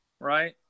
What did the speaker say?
right